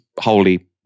wholly